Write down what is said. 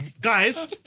guys